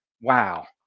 wow